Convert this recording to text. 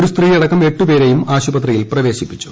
ഒരു സ്ത്രീയടക്കം എട്ടുപേരെയും ആശുപത്രിയിൽ പ്രവേശിപ്പിച്ചു